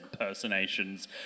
impersonations